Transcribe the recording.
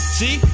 see